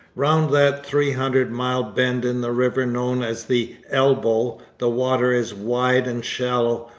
round that three-hundred mile bend in the river known as the elbow the water is wide and shallow,